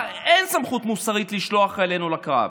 אין סמכות מוסרית לשלוח את חיילינו לקרב,